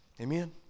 Amen